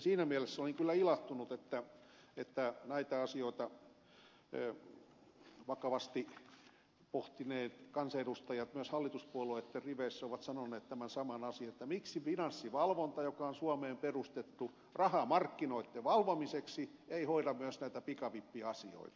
siinä mielessä olin kyllä ilahtunut että näitä asioita vakavasti pohtineet kansanedustajat myös hallituspuolueitten riveissä ovat sanoneet tämän saman asian että miksi finanssivalvonta joka on suomeen perustettu rahamarkkinoitten valvomiseksi ei hoida myös näitä pikavippiasioita